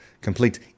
complete